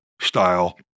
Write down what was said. style